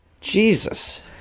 Jesus